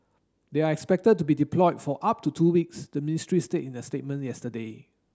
they are expected to be deployed for up to two weeks the ministry said in the statement yesterday